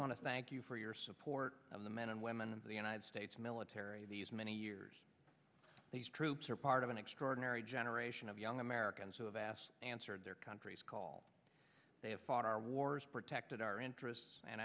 want to thank you for your support of the men and women of the united states military these many years these troops are part of an extraordinary generation of young americans who have asked answered their country's call they have fought our wars protected our interests and